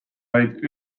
vaid